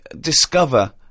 discover